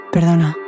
Perdona